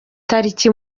tariki